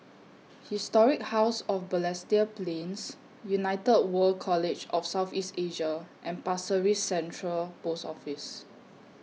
Historic House of Balestier Plains United World College of South East Asia and Pasir Ris Central Post Office